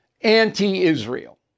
anti-Israel